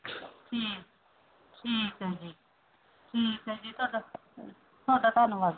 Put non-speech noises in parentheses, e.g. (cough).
ਠੀ ਠੀਕ ਹੈ ਜੀ ਠੀਕ ਹੈ ਜੀ ਤੁਹਾਡਾ (unintelligible) ਤੁਹਾਡਾ ਧੰਨਵਾਦ ਜੀ